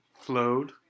Flowed